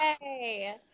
Yay